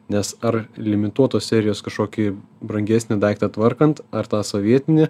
nes ar limituotos serijos kažkokį brangesnį daiktą tvarkant ar tą sovietinį